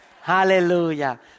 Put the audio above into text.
Hallelujah